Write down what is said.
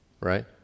right